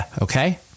okay